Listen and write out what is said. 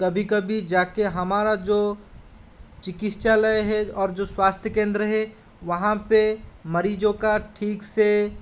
कभी कभी जा कर हमारा जो चिकित्सालय है और जो स्वास्थ्य केंद्र है वहाँ पर मरीज़ों का ठीक से